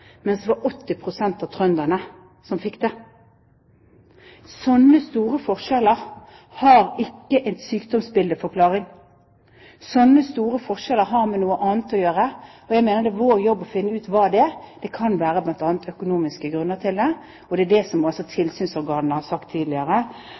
mens det var 80 pst. av trønderne som fikk det. Slike store forskjeller har ikke en sykdomsbildeforklaring. Slike store forskjeller har med noe annet å gjøre, og jeg mener det er vår jobb å finne ut hva det er. Det kan bl.a. være økonomiske grunner til det. Det er det som